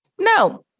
No